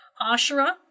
Asherah